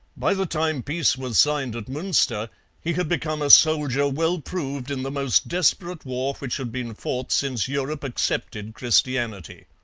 by the time peace was signed at munster he had become a soldier well proved in the most desperate war which had been fought since europe accepted christianity.